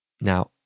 Now